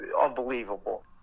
Unbelievable